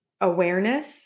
awareness